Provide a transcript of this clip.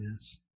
yes